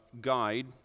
guide